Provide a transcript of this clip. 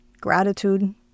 gratitude